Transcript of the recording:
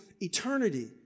eternity